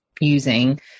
using